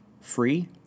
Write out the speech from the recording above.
free